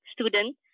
student